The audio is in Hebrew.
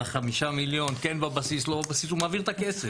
על ה-5 מיליון כן בבסיס לא בבסיס הוא מעביר את הכסף.